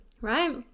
right